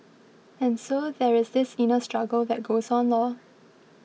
and so there is this inner struggle that goes on Lor